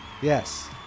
Yes